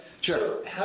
Sure